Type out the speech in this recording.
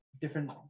different